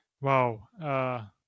Wow